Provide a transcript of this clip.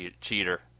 cheater